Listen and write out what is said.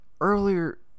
earlier